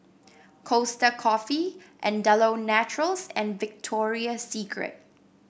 Costa Coffee Andalou Naturals and Victoria Secret